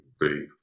three